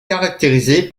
caractérisée